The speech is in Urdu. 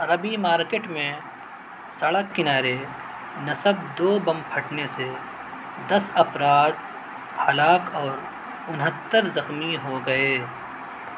عربی مارکیٹ میں سڑک کنارے نصب دو بم پھٹنے سے دس افراد ہلاک اور انہتر زخمی ہو گئے